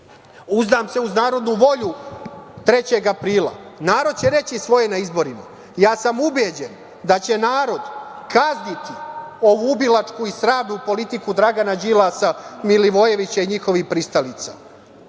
uzdam se uz narodnu volju 3. aprila, narod će reći svoje na izborima. Ja sam ubeđen da će narod kazniti ovu ubilačku i sramnu politiku Dragana Đilasa, Milivojevića i njihovih pristalica.